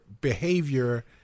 behavior